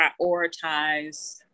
prioritize